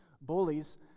bullies